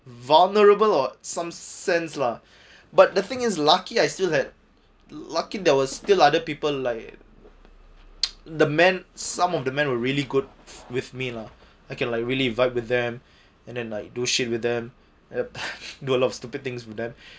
vulnerable or some sense lah but the thing is lucky I still had lucky there was still other people like the man some of the man were really good with me lah I can like really vibe with them and then like do shit with them do a lot of stupid things with them